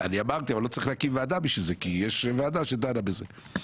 --- אבל לא צריך להקים ועדה בשביל זה כי יש ועדה שדנה בזה.